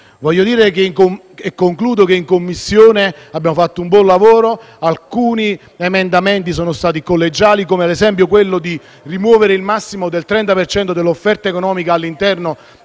Concludo dicendo che in Commissione abbiamo fatto un buon lavoro, alcuni emendamenti sono stati collegiali, come ad esempio quello volto a rimuovere il massimo del 30 per cento dell'offerta economica all'interno